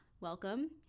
welcome